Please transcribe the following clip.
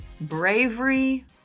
Bravery